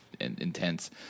intense